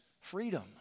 freedom